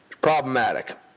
problematic